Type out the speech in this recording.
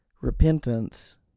repentance